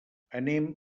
anem